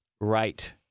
Right